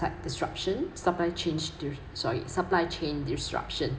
type disruption supply chains dis~ sorry supply chain disruption